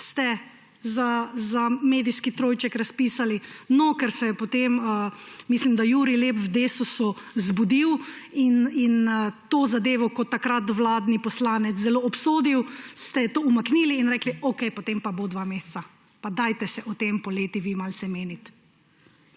ste razpisali 5-dnevno javno razpravo. Ker se je potem, mislim da Jurij Lep v Desusu zbudil in to zadevo kot takrat vladni poslanec zelo obsodil, ste to umaknili in rekli, »okej, potem pa bo 2 meseca, pa dajte se o tem poleti vi malce meniti«.